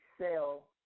sell